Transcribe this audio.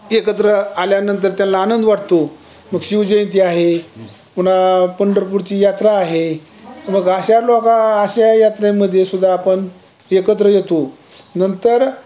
एकत्र आल्यानंतर त्यांना आनंद वाटतो मग शिवजयंती आहे पुन्हा पंढरपूरची यात्रा आहे मग अशा लोक अशा यात्रेमध्येसुद्धा आपण एकत्र येतो नंतर